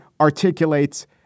articulates